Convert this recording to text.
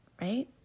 right